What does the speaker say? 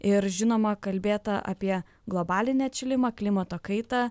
ir žinoma kalbėta apie globalinį atšilimą klimato kaitą